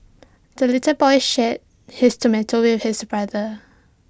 the little boy shared his tomato with his brother